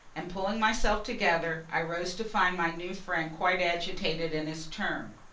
and, pulling myself together, i rose to find my new friend quite agitated in his turn.